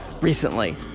recently